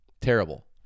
Terrible